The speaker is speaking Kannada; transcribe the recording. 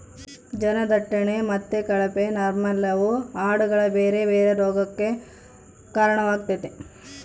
ಜನದಟ್ಟಣೆ ಮತ್ತೆ ಕಳಪೆ ನೈರ್ಮಲ್ಯವು ಆಡುಗಳ ಬೇರೆ ಬೇರೆ ರೋಗಗಕ್ಕ ಕಾರಣವಾಗ್ತತೆ